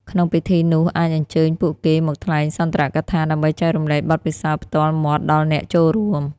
ក្នុងពិធីនោះ អាចអញ្ជើញពួកគេមកថ្លែងសុន្ទរកថាដើម្បីចែករំលែកបទពិសោធន៍ផ្ទាល់មាត់ដល់អ្នកចូលរួម។